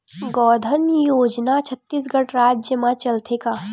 गौधन योजना छत्तीसगढ़ राज्य मा चलथे का?